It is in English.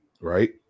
right